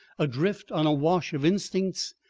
adrift on a wash of instincts,